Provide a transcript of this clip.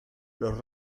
los